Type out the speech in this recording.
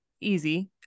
easy